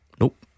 Nope